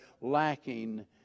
lacking